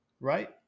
right